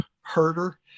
herder